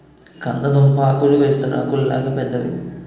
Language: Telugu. కంద దుంపాకులు విస్తరాకుల్లాగా పెద్దవి